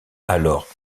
alors